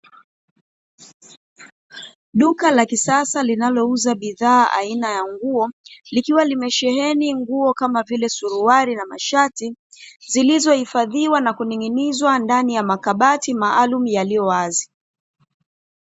Duka la kisasa linlouza bidhaa aina ya nguo liliwa limesheheni nguo kama vile suruali na mashati, zilizohifadhiwa na kuning'inizwa ndani ya makabati maalumu yaliyowazi.